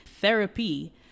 Therapy